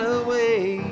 away